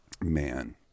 man